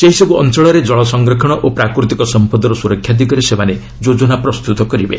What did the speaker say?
ସେହିସବ୍ ଅଞ୍ଚଳରେ ଜଳ ସଂରକ୍ଷଣ ଓ ପ୍ରାକୃତିକ ସମ୍ପଦର ସୁରକ୍ଷା ଦିଗରେ ସେମାନେ ଯୋଜନା ପ୍ରସ୍ତୁତ କରିବେ